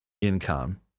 income